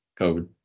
covid